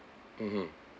mmhmm